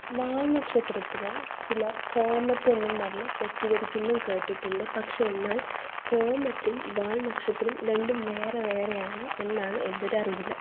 വാൽനക്ഷത്രത്തിന് ചിലർ കോമറ്റെന്നും പറഞ്ഞ് തെറ്റിധരിക്കുന്നു എന്നും കേട്ടിട്ടുണ്ട് പക്ഷേ എന്നാൽ കോമറ്റും വാൽനക്ഷത്രവും രണ്ടും വേറെ വേറെയാണ് എന്നാണ് എൻറ്റൊരു അറിവില്